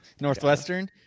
Northwestern